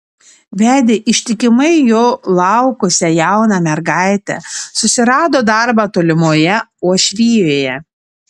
vedė ištikimai jo laukusią jauną mergaitę susirado darbą tolimoje uošvijoje